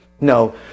no